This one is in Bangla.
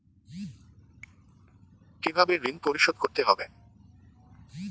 কিভাবে ঋণ পরিশোধ করতে হবে?